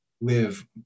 live